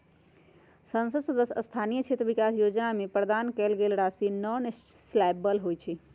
संसद सदस्य स्थानीय क्षेत्र विकास जोजना में प्रदान कएल गेल राशि नॉन लैप्सबल होइ छइ